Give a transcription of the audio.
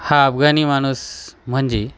हा अफगानी माणूस म्हणजे